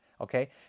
Okay